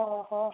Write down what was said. ଓହୋ